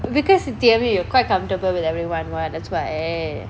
because in theory you are quite comfortable with everyone [what] that's why